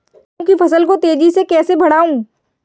गेहूँ की फसल को तेजी से कैसे बढ़ाऊँ?